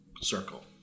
circle